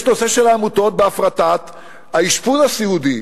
יש הנושא של עמותות בהפרטת האשפוז הסיעודי,